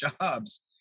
jobs